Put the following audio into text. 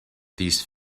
these